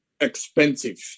expensive